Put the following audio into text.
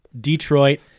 Detroit